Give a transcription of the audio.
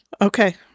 okay